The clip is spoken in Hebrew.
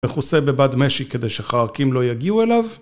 מכוסה בבד משי, כדי שחרקים לא יגיעו אליו...